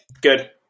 Good